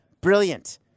Brilliant